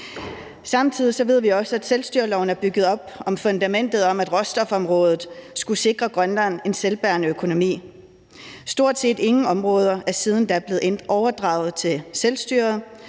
Samtidig ved vi også, at selvstyreloven er bygget på fundamentet om, at råstofområdet skulle sikre Grønland en selvbærende økonomi. Stort set ingen områder er siden da blevet overdraget til selvstyret.